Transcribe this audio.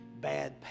bad